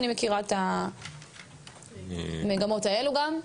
אני מכירה גם את המגמות האלה.